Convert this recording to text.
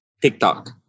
TikTok